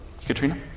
Katrina